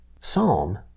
Psalm